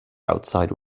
outside